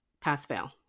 Pass-fail